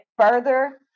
further